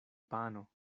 pano